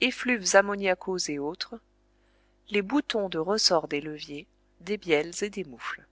effluves ammoniacaux et autres les boutons de ressort des leviers des bielles et des moufles